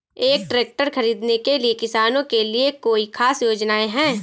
क्या ट्रैक्टर खरीदने के लिए किसानों के लिए कोई ख़ास योजनाएं हैं?